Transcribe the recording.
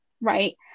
right